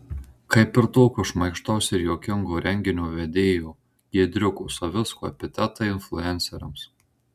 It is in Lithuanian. kaip ir tokio šmaikštaus ir juokingo renginio vedėjo giedriuko savicko epitetai influenceriams